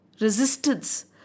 resistance